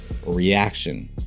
reaction